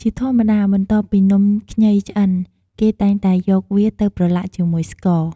ជាធម្មតា បន្ទាប់ពីនំខ្ញីឆ្អិន គេតែងតែយកវាទៅប្រឡាក់ជាមួយស្ករ។